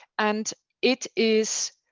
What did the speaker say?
and it is